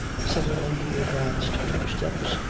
suddenly he advanced two steps,